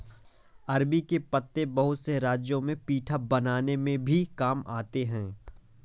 अरबी के पत्ते बहुत से राज्यों में पीठा बनाने में भी काम आते हैं